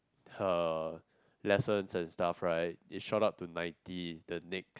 her lessons and stuff right it shot up to ninety in the Nexther lessons and stuff right it shot up to ninety in the next